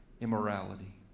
immorality